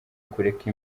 kureka